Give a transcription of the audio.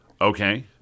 Okay